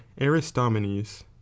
aristomenes